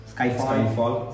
Skyfall